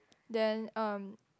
then um